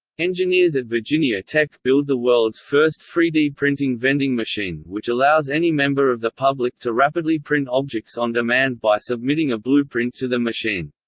engineers at virginia tech build the world's first three d printing vending machine, which allows any member of the public to rapidly print objects on demand by submitting a blueprint to the machine.